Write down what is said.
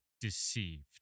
Deceived